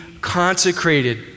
consecrated